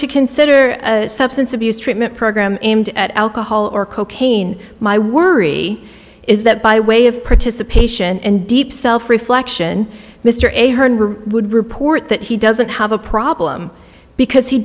to consider a substance abuse treatment program aimed at alcohol or cocaine my worry is that by way of participation and deep self reflection mr would report that he doesn't have a problem because he